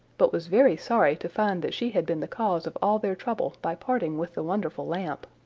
but was very sorry to find that she had been the cause of all their trouble by parting with the wonderful lamp.